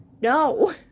No